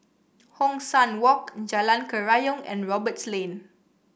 Hong San Walk Jalan Kerayong and Roberts Lane